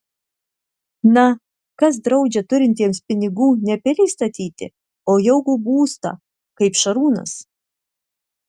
na kas draudžia turintiems pinigų ne pilį statyti o jaukų būstą kaip šarūnas